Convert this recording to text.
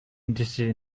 interested